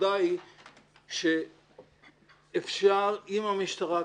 הנקודה היא שאפשר עם המשטרה הכחולה,